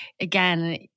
again